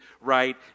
right